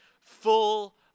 full